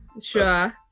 Sure